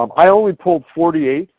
um i only pulled forty eight.